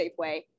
Safeway